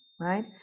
right